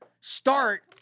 start